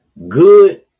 Good